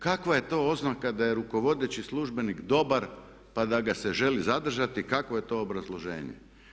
Kakva je to oznaka da je rukovodeći službenik dobar, pa da ga se želi zadržati, kakvo je to obrazloženje?